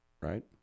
right